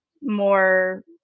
more